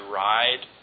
ride